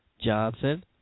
johnson